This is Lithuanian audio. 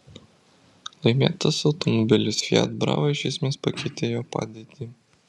laimėtas automobilis fiat brava iš esmės pakeitė jo padėtį